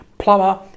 plumber